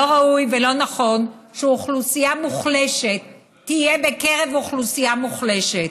לא ראוי ולא נכון שאוכלוסייה מוחלשת תהיה בקרב אוכלוסייה מוחלשת.